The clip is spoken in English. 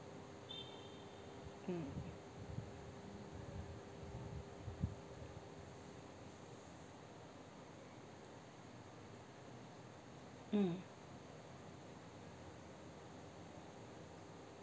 mm mm